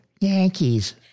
Yankees